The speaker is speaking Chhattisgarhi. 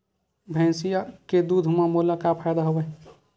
भैंसिया के दूध म मोला का फ़ायदा हवय?